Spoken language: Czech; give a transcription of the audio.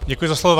Děkuji za slovo.